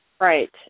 Right